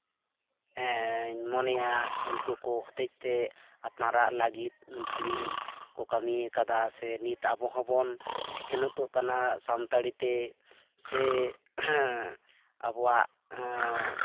ᱢᱚᱱᱮᱭᱟ ᱩᱱᱠᱩ ᱠᱚ ᱦᱚᱛᱮᱡ ᱛᱮ ᱟᱯᱱᱟᱨᱟᱜ ᱞᱟᱹᱜᱤᱫ ᱵᱷᱟᱞᱮ ᱠᱚ ᱠᱟᱹᱢᱤᱭᱟᱠᱟᱫᱟ ᱥᱮ ᱱᱤᱛ ᱟᱵᱚ ᱦᱚᱸᱵᱚᱱ ᱥᱤᱠᱷᱱᱟᱹᱛᱚᱜ ᱠᱟᱱᱟ ᱥᱟᱱᱛᱟᱲᱤ ᱛᱮ ᱥᱮ ᱟᱵᱚᱣᱟᱜ